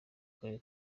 karere